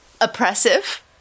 oppressive